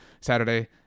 Saturday